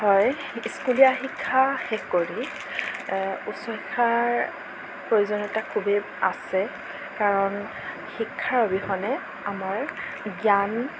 হয় স্কুলীয়া শিক্ষা শেষ কৰি উচ্চ শিক্ষাৰ প্ৰয়োজনীয়তা খুবেই আছে কাৰণ শিক্ষাৰ অবিহনে আমাৰ জ্ঞান